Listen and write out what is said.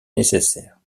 nécessaires